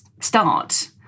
start